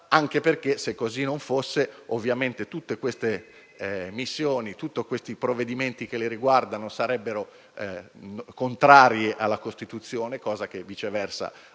anche perché, se così non fosse, ovviamente tutte queste missioni e tutti questi provvedimenti che le riguardano sarebbero contrari alla Costituzione, cosa che, viceversa,